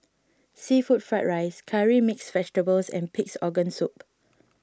Seafood Fried Rice Curry Mixed Vegetable and Pig's Organ Soup